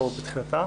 או בתחילתה.